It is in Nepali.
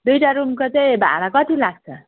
दुइटा रुमको चाहिँ भाडा कति लाग्छ